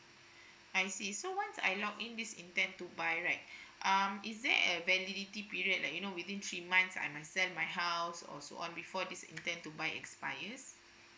I see so once I log in this intend to buy right um is there a validity period like you know within three months I must sell my house or so on before this intend to buy expires